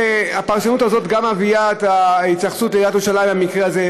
הפרשנות הזאת גם מביאה את ההתייחסות לעיריית ירושלים במקרה הזה,